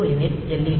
0 எனில் எல்